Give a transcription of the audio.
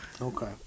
Okay